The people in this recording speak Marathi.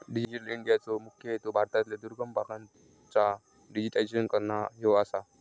डिजिटल इंडियाचो मुख्य हेतू भारतातल्या दुर्गम भागांचा डिजिटायझेशन करना ह्यो आसा